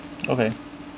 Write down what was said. okay